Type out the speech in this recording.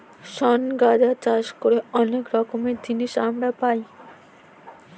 শন গাঁজা চাষ করে অনেক রকমের জিনিস আমরা পাই